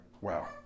wow